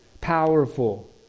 powerful